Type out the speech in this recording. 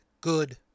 good